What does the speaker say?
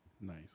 Nice